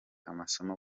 amasomo